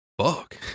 fuck